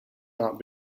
not